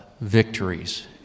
victories